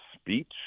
speech